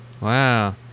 Wow